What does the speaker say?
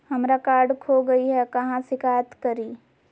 हमरा कार्ड खो गई है, कहाँ शिकायत करी?